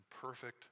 perfect